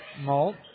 Malt